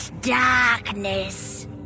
darkness